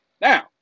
Now